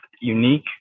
Unique